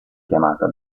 chiamata